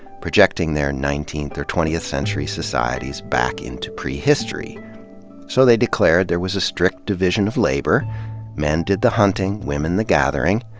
projecting their nineteenth or twentieth century societies back into prehistory. so they declared there was a strict division of labor men did the hunting, women the gathering.